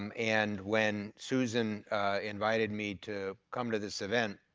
um and when susan invited me to come to this event,